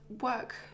work